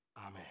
Amen